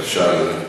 אפשר?